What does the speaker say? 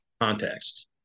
context